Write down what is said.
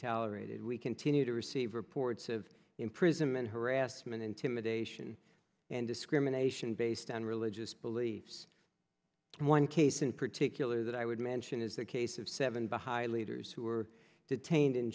tolerated we continue to receive reports of imprisonment harassment intimidation and discrimination based on religious beliefs one case in particular that i would mention is the case of seven behi leaders who were detained in